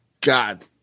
God